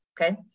Okay